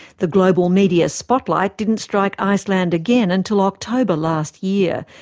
the global media spotlight didn't strike iceland again until october last year,